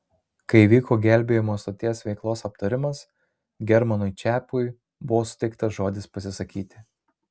kai vyko gelbėjimo stoties veiklos aptarimas germanui čepui buvo suteiktas žodis pasisakyti